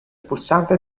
pulsante